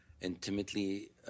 intimately